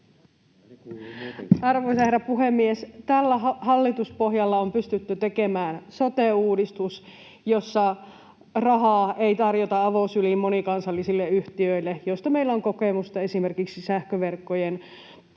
Arvoisa herra puhemies! Tällä hallituspohjalla on pystytty tekemään sote-uudistus, jossa rahaa ei tarjota avosylin monikansallisille yhtiöille, mistä meillä on kokemusta esimerkiksi sähköverkkojen